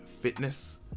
Fitness